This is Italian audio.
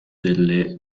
delle